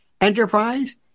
enterprise